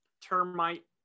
termite